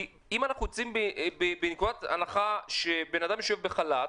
כי אם אנחנו יוצאים מנקודת הנחה שאדם שהוא בחל"ת,